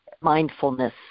mindfulness